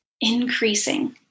increasing